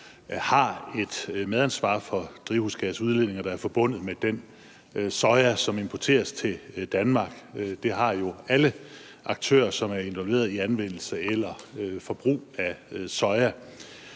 har et medansvar for drivhusgasudledninger, der er forbundet med den soja, som importeres til Danmark – det har jo alle aktører, som er involveret i anvendelse eller forbrug af soja.